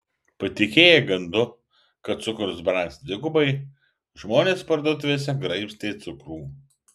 patikėję gandu kad cukrus brangs dvigubai žmonės parduotuvėse graibstė cukrų